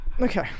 Okay